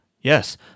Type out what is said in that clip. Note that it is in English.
Yes